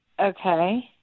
Okay